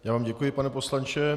Já vám děkuji, pane poslanče.